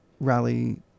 rally